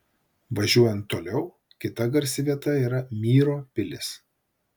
važiuojant toliau kita garsi vieta yra myro pilis